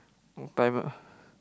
no time ah